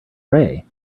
ray